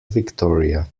victoria